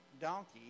donkey